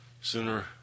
Sooner